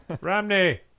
Romney